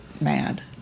mad